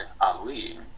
Ali